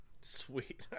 Sweet